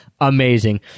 amazing